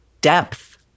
depth